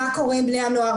מה קורה עם בני הנוער,